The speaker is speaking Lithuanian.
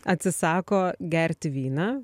atsisako gerti vyną